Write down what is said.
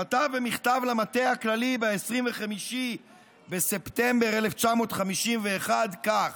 כתב במכתב למטה הכללי ב-25 בספטמבר 1951 כך: